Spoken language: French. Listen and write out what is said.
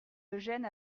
eugène